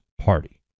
party